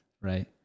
right